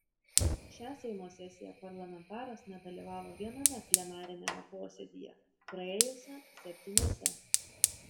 šią seimo sesiją parlamentaras nedalyvavo viename plenariniame posėdyje praėjusią septyniuose